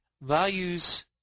values